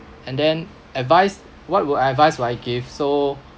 and then advised what would advice would I give so